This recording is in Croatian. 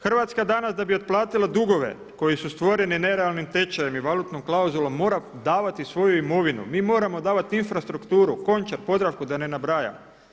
Hrvatska danas da bi otplatila dugove koji su stvoreni nerealnim tečajem i valutnom klauzulom mora davati svoju imovinu, mi moramo davati infrastrukturu Končar, Podravku i da ne nabrajam.